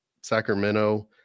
Sacramento